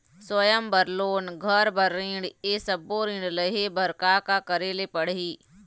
स्वयं बर लोन, घर बर ऋण, ये सब्बो ऋण लहे बर का का करे ले पड़ही?